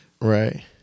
Right